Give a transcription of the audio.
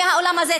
מהאולם הזה,